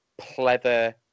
pleather